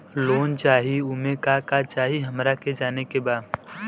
Loan चाही उमे का का चाही हमरा के जाने के बा?